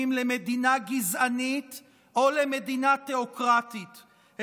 למדינה גזענית או למדינה תיאוקרטית,